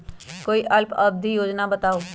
कोई अल्प अवधि योजना बताऊ?